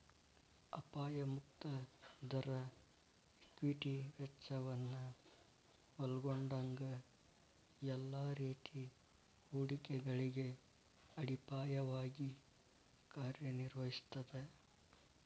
ಅಪಾಯ ಮುಕ್ತ ದರ ಈಕ್ವಿಟಿ ವೆಚ್ಚವನ್ನ ಒಲ್ಗೊಂಡಂಗ ಎಲ್ಲಾ ರೇತಿ ಹೂಡಿಕೆಗಳಿಗೆ ಅಡಿಪಾಯವಾಗಿ ಕಾರ್ಯನಿರ್ವಹಿಸ್ತದ